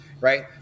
right